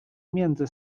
między